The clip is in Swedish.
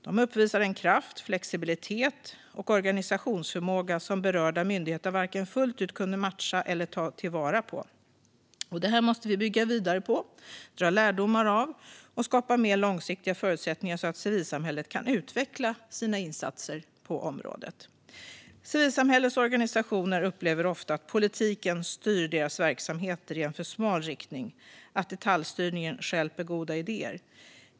De uppvisade en kraft, flexibilitet och organisationsförmåga som berörda myndigheter inte kunde vare sig matcha fullt ut eller ta vara på. Detta måste vi bygga vidare på och dra lärdomar av för att skapa mer långsiktiga förutsättningar så att civilsamhället kan utveckla sina insatser på integrationsområdet. Civilsamhällets organisationer upplever ofta att politiken styr deras verksamheter i en för smal riktning och att detaljstyrningen stjälper goda idéer.